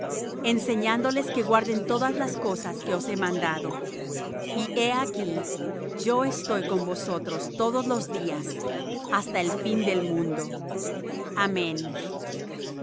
enseñándoles que guarden todas las cosas que os he mandado y he aquí yo estoy con vosotros todos los días hasta el fin del mundo amén